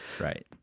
right